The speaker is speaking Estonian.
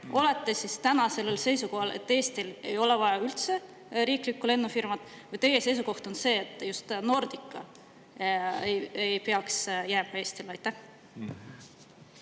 olete täna sellel seisukohal, et Eestil ei ole vaja üldse riiklikku lennufirmat, või on teie seisukoht see, et just Nordica ei peaks jääma Eestile?